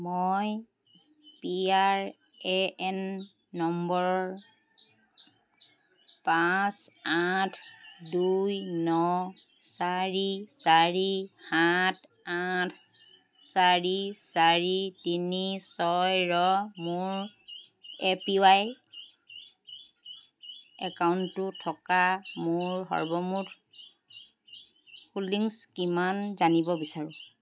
মই PRAN number পাঁচ আঠ দুই ন চাৰি চাৰি সাত আঠ চাৰি চাৰি তিনি ছয়ৰ মোৰ এপিৱাই একাউণ্টটোত থকা মোৰ সৰ্বমুঠ হোল্ডিংছ কিমান জানিব বিচাৰোঁ